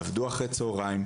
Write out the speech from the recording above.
תעבדו אחר הצוהריים,